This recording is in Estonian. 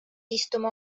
istuma